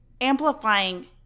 amplifying